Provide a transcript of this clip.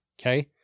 Okay